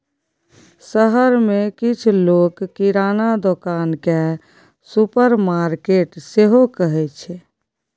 शहर मे किछ लोक किराना दोकान केँ सुपरमार्केट सेहो कहै छै